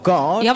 God